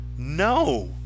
no